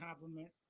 compliment